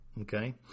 okay